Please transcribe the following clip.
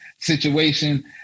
Situation